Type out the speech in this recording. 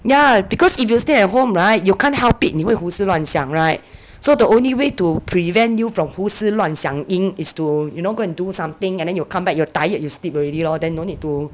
ya because if you stay at home [right] you can't help it 你会胡思乱想 [right] so the only way to prevent you from 胡思乱想 ing is to you know go and do something and then you come back you're tired you sleep already lor then don't need to